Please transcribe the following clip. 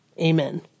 Amen